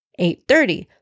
8.30